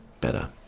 better